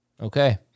Okay